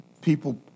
people